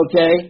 Okay